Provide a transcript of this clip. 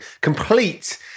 complete